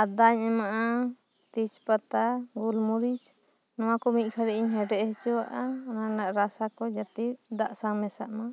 ᱟᱫᱟᱧ ᱮᱢᱟᱜ ᱟ ᱛᱮᱡᱽᱯᱟᱛᱟ ᱜᱳᱞᱢᱚᱨᱤᱪ ᱱᱚᱣᱟ ᱠᱚ ᱢᱤᱫ ᱜᱷᱟᱹᱲᱤᱡᱼᱤᱧ ᱦᱮᱰᱮᱡ ᱦᱚᱪᱚᱣᱟᱜ ᱟ ᱚᱱᱟ ᱨᱮᱱᱟᱜ ᱨᱟᱥᱟ ᱠᱚ ᱡᱟᱛᱮ ᱫᱟᱜ ᱥᱟᱶ ᱢᱮᱥᱟᱜ ᱢᱟ